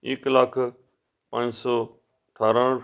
ਇਕ ਲੱਖ ਪੰਜ ਸੌ ਅਠਾਰਾਂ